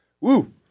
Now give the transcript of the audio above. Woo